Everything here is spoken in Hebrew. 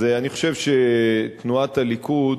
אני חושב שתנועת הליכוד